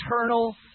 eternal